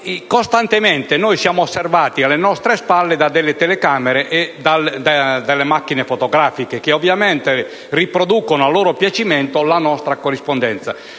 costantemente osservati, alle nostre spalle, da telecamere e macchine fotografiche che ovviamente riproducono a loro piacimento la nostra corrispondenza.